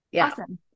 Awesome